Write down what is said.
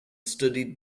studied